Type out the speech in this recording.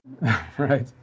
Right